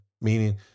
meaning